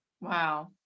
Wow